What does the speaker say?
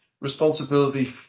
responsibility